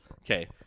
Okay